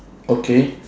okay